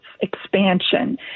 expansion